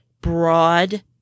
broad